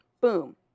boom